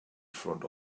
front